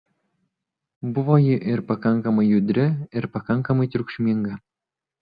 buvo ji ir pakankamai judri ir pakankamai triukšminga